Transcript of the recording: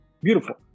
beautiful